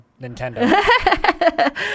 Nintendo